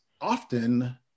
often